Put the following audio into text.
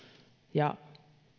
ja